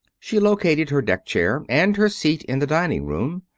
she located her deck chair, and her seat in the dining-room.